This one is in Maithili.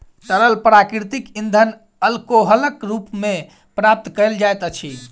तरल प्राकृतिक इंधन अल्कोहलक रूप मे प्राप्त कयल जाइत अछि